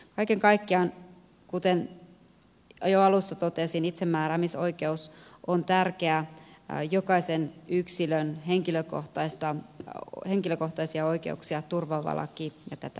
kaiken kaikkiaan kuten jo alussa totesin itsemääräämisoikeuslaki on tärkeä jokaisen yksilön henkilökohtaisia oikeuksia turvaava laki ja tätä lakiesitystä on odotettu